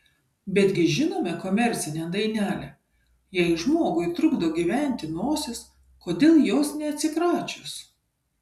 betgi žinome komercinę dainelę jei žmogui trukdo gyventi nosis kodėl jos neatsikračius